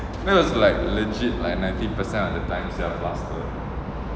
that was like legit like ninety percent of the time sia plaster